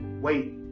wait